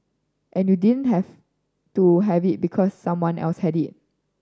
and you didn't have to have it because someone else had it